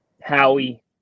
Howie